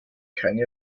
keine